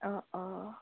অঁ অঁ